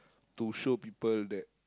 to show people that